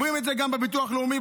אומרים את זה גם בביטוח לאומי,